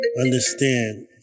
understand